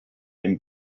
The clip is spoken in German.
den